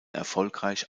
erfolgreich